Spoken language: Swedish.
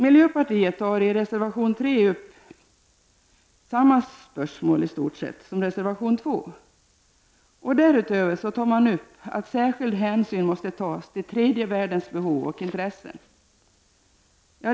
Miljöpartiet tar i reservation nr 3 upp i stort sett samma spörsmål som tas uppi reservation nr 2. Därutöver säger man att särskild hänsyn måste tas till tredje världens behov och intressen.